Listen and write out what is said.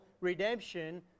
redemption